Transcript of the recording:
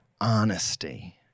honesty